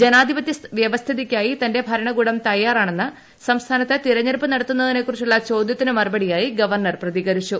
ജനാധിപത്യ വ്യവസ്ഥിതിയ്ക്കായി തന്റെ ഭരണകൂടം തയ്യാറാണെന്ന് സംസ്ഥാനത്ത് തിരഞ്ഞെടുപ്പ് നടത്തുന്നതിനെക്കുറിച്ചുളള ചോദ്യത്തിനു മറുപടിയായി ഗവർണർ പ്രതികരിച്ചു